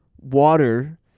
water